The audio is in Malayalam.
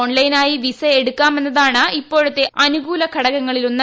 ഓൺലൈനായി വിസ എടുക്കാമെന്നതാണ് ഇപ്പോഴത്തെ അനുകൂല ഘടകങ്ങളിലൊന്ന്